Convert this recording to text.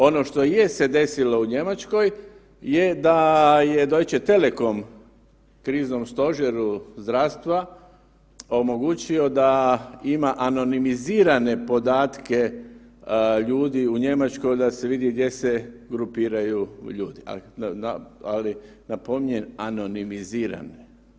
Ono što je se desilo u Njemačkoj je da je Deutsche Telekom kriznom stožeru zdravstva omogućio da ima anonimizirane podatke ljudi u Njemačkoj da se vidi gdje se grupiraju ljudi, ali napominjem, anonimizirani.